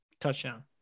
Touchdown